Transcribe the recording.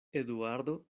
eduardo